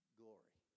glory